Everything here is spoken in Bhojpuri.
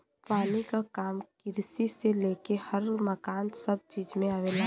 पानी क काम किरसी से लेके घर मकान सभ चीज में आवेला